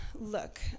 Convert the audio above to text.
look